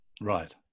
Right